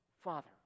Father